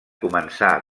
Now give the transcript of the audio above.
començà